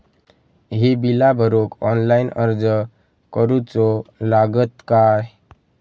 ही बीला भरूक ऑनलाइन अर्ज करूचो लागत काय?